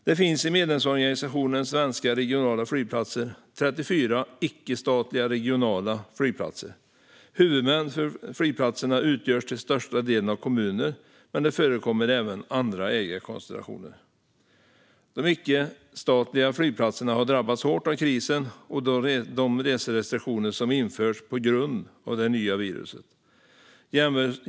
Det finns i medlemsorganisationen Svenska Regionala Flygplatser 34 icke-statliga regionala flygplatser. Huvudmän för flygplatserna är till den största delen kommuner, men det förekommer även andra ägarkonstellationer. De icke-statliga flygplatserna har drabbats hårt av krisen och de reserestriktioner som införts på grund av det nya viruset.